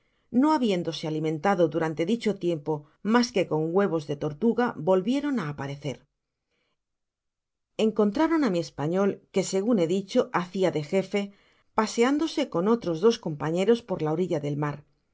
no habién dose alimentado durante dicho tiempo mas que con hue vos de tortuga volvieron á aparecer encontraron á mi español que segun he dicho bacia de gefe paseándese con otros dos compañeros por la orilla del mar se